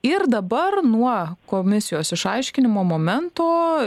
ir dabar nuo komisijos išaiškinimo momento